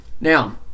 Now